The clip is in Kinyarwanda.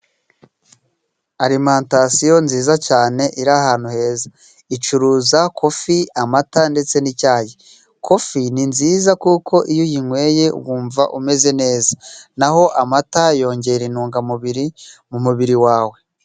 Alimantasiyo nziza cyane iri ahantu heza. Icuruza kofi, amata ndetse n'icyayi. Kofi ni nziza kuko iyo uyinyweye wumva umeze neza. Naho amata yongera intungamubiri mu mubiri wawe.